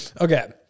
Okay